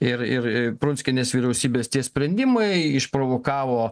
ir ir prunskienės vyriausybės tie sprendimai išprovokavo